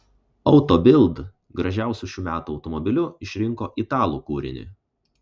auto bild gražiausiu šių metų automobiliu išrinko italų kūrinį